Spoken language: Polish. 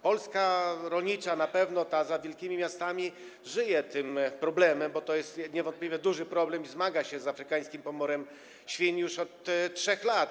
Polska rolnicza, na pewno ta poza wielkimi miastami, żyje tym problemem, bo to jest niewątpliwie duży problem, i zmaga się z afrykańskim pomorem świń już od 3 lat.